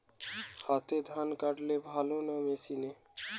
হাতে ধান কাটলে ভালো না মেশিনে?